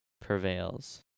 prevails